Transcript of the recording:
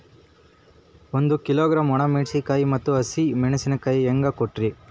ಒಂದ ಕಿಲೋಗ್ರಾಂ, ಒಣ ಮೇಣಶೀಕಾಯಿ ಮತ್ತ ಹಸಿ ಮೇಣಶೀಕಾಯಿ ಹೆಂಗ ಕೊಟ್ರಿ?